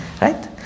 right